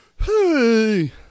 hey